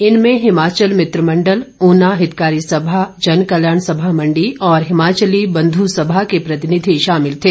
इनर्मे हिमाचल मित्रमंडल ऊना हितकारी सभा जनकल्याण सभा मंडी और हिमाचली बंध सभा के प्रतिनिधि शामिल थे